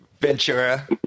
Ventura